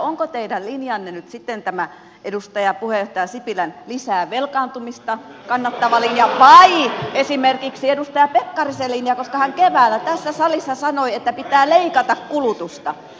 onko teidän linjanne nyt sitten tämä edustaja puheenjohtaja sipilän lisää velkaantumista kannattava linja vai esimerkiksi edustaja pekkarisen linja koska hän keväällä tässä salissa sanoi että pitää leikata kulutusta